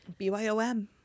BYOM